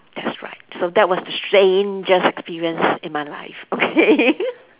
that's right so that was the strangest experienced in my life okay